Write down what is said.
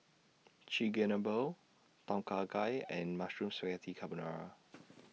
Chigenabe Tom Kha Gai and Mushroom Spaghetti Carbonara